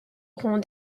auront